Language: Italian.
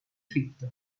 fritto